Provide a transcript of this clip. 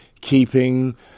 keeping